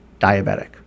diabetic